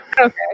okay